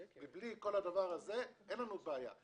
מבלי כל הדבר הזה אין לנו בעיה.